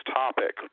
topic